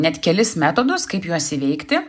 net kelis metodus kaip juos įveikti